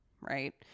Right